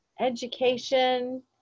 education